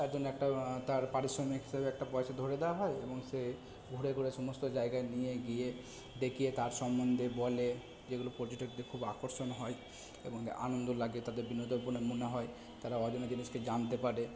তার জন্য একটা তার পারিশ্রমিক হিসাবে একটা পয়সা ধরে দেওয়া হয় এবং সে ঘুরে ঘুরে সমস্ত জায়গায় নিয়ে গিয়ে দেখিয়ে তার সম্বন্ধে বলে যেগুলো পর্যটকদের খুব আকর্ষণ হয় এবং আনন্দ লাগে তাদের বিনোদন বলে মনে হয় তারা অজানা জিনিসকে জানতে পারে